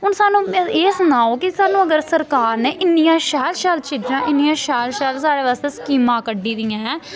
हून सानूं एह् सनाओ कि सानूं अगर सरकार ने इन्नियां शैल शैल चीजां इन्नियां शैल शैल साढ़े बास्तै स्कीमां कड्ढी दियां ऐ